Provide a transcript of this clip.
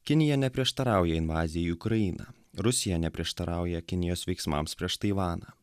kinija neprieštarauja invazijai į ukrainą rusija neprieštarauja kinijos veiksmams prieš taivaną